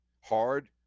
hard